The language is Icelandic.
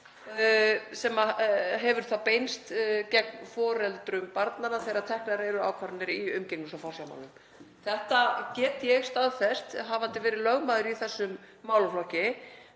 sem hefur þá beinst gegn foreldrum barnanna, þegar teknar eru ákvarðanir í umgengnis- og forsjármálum. Þetta get ég staðfest, hafandi verið lögmaður í þessum málaflokki,